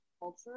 culture